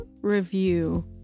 review